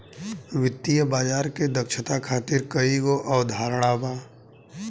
वित्तीय बाजार के दक्षता खातिर कईगो अवधारणा बा